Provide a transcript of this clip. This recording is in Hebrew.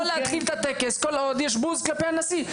להתחיל את הטקס כל עוד יש קריאות בוז כלפי הנשיא.